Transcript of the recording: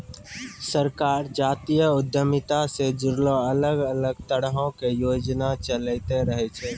सरकार जातीय उद्यमिता से जुड़लो अलग अलग तरहो के योजना चलैंते रहै छै